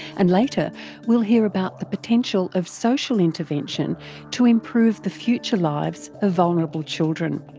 and later we'll hear about the potential of social intervention to improve the future lives of vulnerable children.